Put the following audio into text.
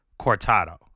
Cortado